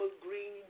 green